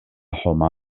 homa